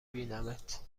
بینمت